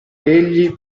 egli